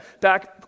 back